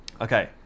Okay